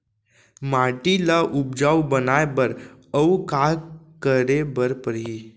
माटी ल उपजाऊ बनाए बर अऊ का करे बर परही?